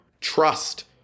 trust